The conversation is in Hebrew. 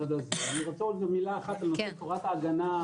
אני רוצה עוד במילה אחת על נושא תורת ההגנה,